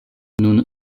nun